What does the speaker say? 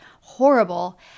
horrible